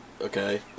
okay